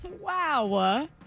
Wow